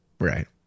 right